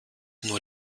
nur